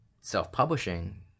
self-publishing